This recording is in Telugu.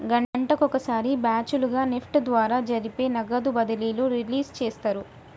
గంటకొక సారి బ్యాచ్ లుగా నెఫ్ట్ ద్వారా జరిపే నగదు బదిలీలు రిలీజ్ చేస్తారు